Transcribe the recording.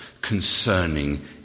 concerning